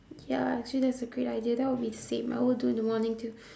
ya actually that's a great idea that will be the same I will do in the morning too